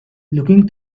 looking